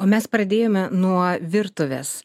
o mes pradėjome nuo virtuvės